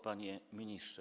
Panie Ministrze!